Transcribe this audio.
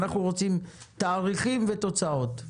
אנחנו רוצים תאריכים ותוצאות.